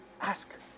ask